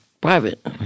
private